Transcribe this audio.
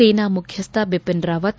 ಸೇನಾ ಮುಖ್ಯಸ್ವ ಬಿಟಿನ್ ರಾವತ್